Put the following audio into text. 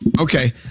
Okay